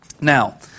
now